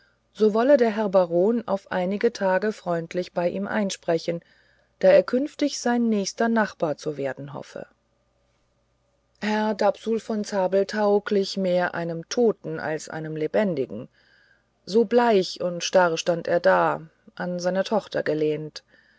so wolle der herr baron auf einige tage freundlich bei ihm einsprechen da er künftig sein nächster nachbar zu werden hoffe herr dapsul von zabelthau glich mehr einem toten als einem lebendigen so bleich und starr stand er da an seine tochter gelehnt